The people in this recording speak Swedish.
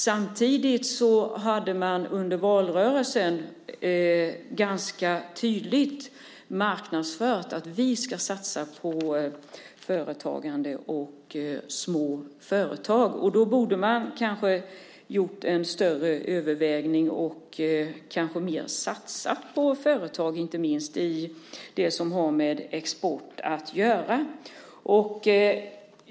Samtidigt hade man under valrörelsen ganska tydligt marknadsfört att man skulle satsa på företagande och små företag. Då borde man kanske ha gjort ett större övervägande och kanske satsat mer på företag, inte minst på dem som har med export att göra.